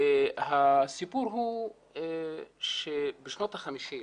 הסיפור הוא שבשנות ה-50'